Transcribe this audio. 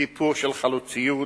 סיפור של חלוציות,